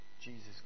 Jesus